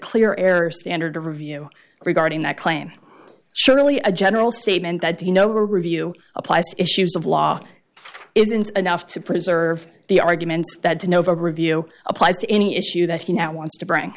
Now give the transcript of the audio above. clear air standard to review regarding that claim surely a general statement that the you know review applies to issues of law isn't enough to preserve the arguments that to nova review applies to any issue that he now wants to bring